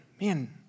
man